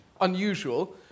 unusual